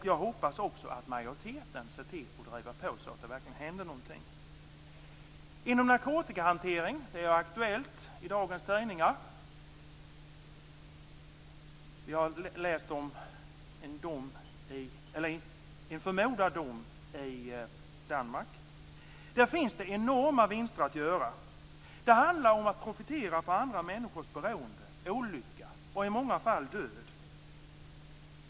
Jag hoppas att majoriteten ser till att det drivs på så att det verkligen händer någonting. Narkotikahanteringen är aktuell i dagens tidningar. Vi har kunnat läsa om en förmodad dom i Danmark. Det finns enorma vinster att göra på det här området. Det handlar ju om att profitera på andra människors beroende, olycka och, i många fall, död.